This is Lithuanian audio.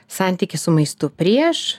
santykį su maistu prieš